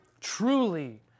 Truly